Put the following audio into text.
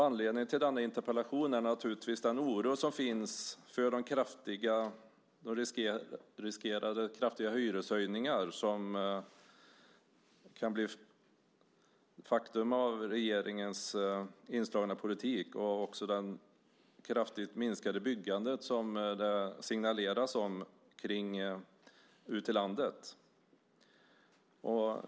Anledningen till denna interpellation är den oro som finns för de kraftiga hyreshöjningar som kan bli resultatet av regeringens bedrivna politik och också det kraftigt minskade byggande som det signaleras om ute i landet.